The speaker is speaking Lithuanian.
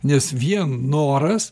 nes vien noras